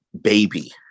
baby